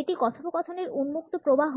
এটি কথোপকথনের উন্মুক্ত প্রবাহ